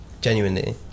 genuinely